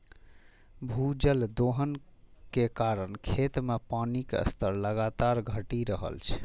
भूजल दोहन के कारण खेत मे पानिक स्तर लगातार घटि रहल छै